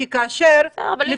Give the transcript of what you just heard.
יש פה דברים שחשוב שנטפל בהם עכשיו.